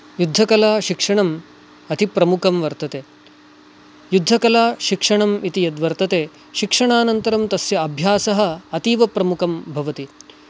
युद्धकलाशिक्षणम् अतिप्रमुखं वर्तते युद्धकलाशिक्षणम् इति यद्वर्तते शिक्षणानन्तरं तस्य अभ्यासः अतीव प्रमुखं भवति